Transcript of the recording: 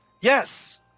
Yes